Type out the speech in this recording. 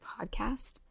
podcast